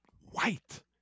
white